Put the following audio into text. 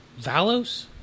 Valos